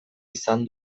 izan